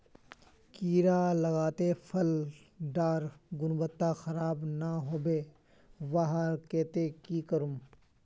कीड़ा लगाले फसल डार गुणवत्ता खराब ना होबे वहार केते की करूम?